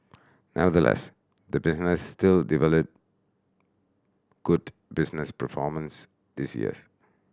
nevertheless the business still good business performance this years